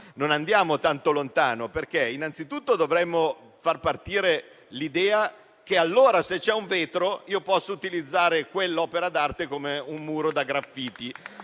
non andiamo tanto lontano, perché innanzitutto dovremmo dare corso all'idea che se c'è un vetro si può utilizzare quell'opera d'arte come un muro da graffiti